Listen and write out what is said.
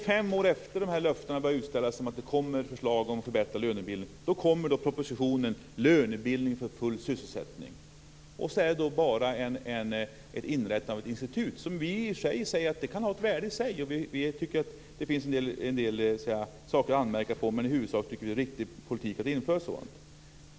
Fem år efter det att löften utställdes om att det skulle komma förslag om förbättrad lönebildning kommer propositionen Lönebildning för full sysselsättning som bara innebär inrättandet av ett institut. Det kan ha ett värde i sig. Det finns en del saker att anmärka på, men i huvudsak tycker vi att det är en riktig politik att införa ett sådant.